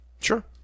Sure